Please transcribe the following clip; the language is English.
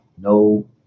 no